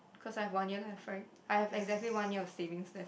cause I've one year left right I've exactly one year of savings left